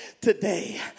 today